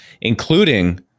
including